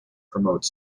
promote